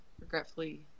regretfully